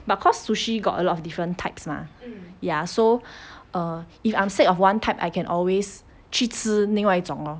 but cause sushi got a lot of different types mah ya so err if I'm sick of one type I can always 去吃另外一种 lor